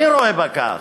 אני רואה בה כך,